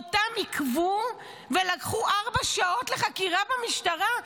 עיכבו אותם ולקחו לארבע שעות לחקירה במשטרה.